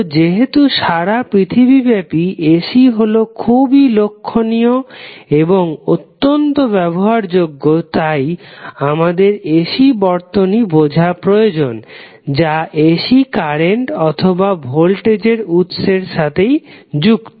তো যেহেতু সাড়া পৃথিবীতে AC হলো খুবই লক্ষ্যনীয় এবং অত্যন্ত ব্যবহারযোগ্য তাই আমাদের AC বর্তনী বোঝা প্রয়োজন যা AC কারেন্ট অথবা ভোল্টেজ উৎসর সাথেই যুক্ত